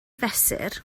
fesur